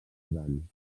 líban